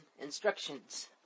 instructions